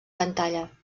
pantalla